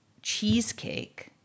Cheesecake